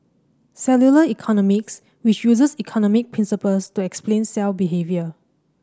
cellular economics which uses economic principles to explain cell behaviour